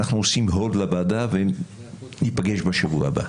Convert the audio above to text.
עושים "הולד" לוועדה וניפגש בשבוע הבא.